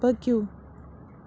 پٔکِو